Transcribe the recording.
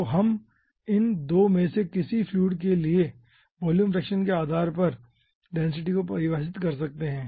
तो हम इन 2 में से किसी भी फ्लूइड के वॉल्यूम फ्रैक्शन के आधार पर डेंसिटी को परिभाषित कर सकते हैं